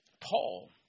Paul